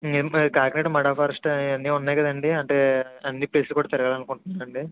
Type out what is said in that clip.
నేను కాకినాడ మడ ఫారెస్ట్ అవన్నీ ఉన్నాయి కదండి అంటే అన్నీ ప్లేస్లకి కూడా తిరగాలనుకుంటున్నానండి